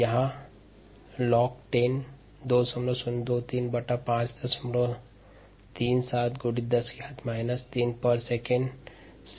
यहाँ log log 10 2303537 × 10−3 𝑠−1 से 12866 𝑠 या 214 𝑚𝑖𝑛 प्राप्त होता है